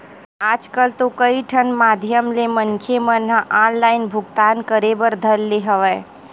आजकल तो कई ठन माधियम ले मनखे मन ह ऑनलाइन भुगतान करे बर धर ले हवय